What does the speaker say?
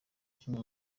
kimwe